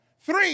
Three